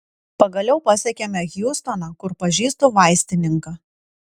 pagaliau pasiekėme hjustoną kur pažįstu vaistininką